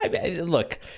Look